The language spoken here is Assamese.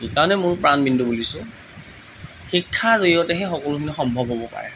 সেইকাৰণেই মূল প্ৰাণবিন্দু বুলিছোঁ শিক্ষা জৰিয়তেহে সকলোখিনি সম্ভৱ হ'ব পাৰে